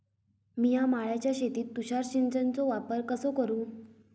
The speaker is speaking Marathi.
मिया माळ्याच्या शेतीत तुषार सिंचनचो वापर कसो करू?